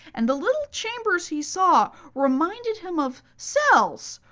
and the little chambers he saw reminded him of cells,